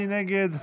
מי נגד?